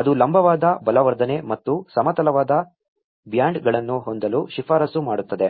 ಅದು ಲಂಬವಾದ ಬಲವರ್ಧನೆ ಮತ್ತು ಸಮತಲವಾದ ಬ್ಯಾಂಡ್ಗಳನ್ನು ಹೊಂದಲು ಶಿಫಾರಸು ಮಾಡುತ್ತದೆ